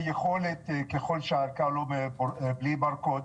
ויכולת, ככל שהערכה בלי ברקוד,